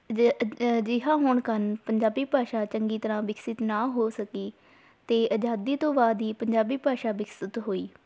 ਅਜੇ ਅਜ ਅਜਿਹਾ ਹੋਣ ਕਾਰਨ ਪੰਜਾਬੀ ਭਾਸ਼ਾ ਚੰਗੀ ਤਰ੍ਹਾਂ ਵਿਕਸਿਤ ਨਾ ਹੋ ਸਕੀ ਅਤੇ ਆਜ਼ਾਦੀ ਤੋਂ ਬਾਅਦ ਹੀ ਪੰਜਾਬੀ ਭਾਸ਼ਾ ਵਿਕਸਿਤ ਹੋਈ